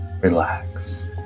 relax